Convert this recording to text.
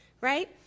right